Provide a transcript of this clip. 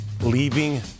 leaving